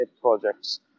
projects